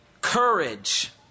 courage